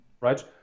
right